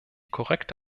korrekte